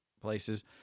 places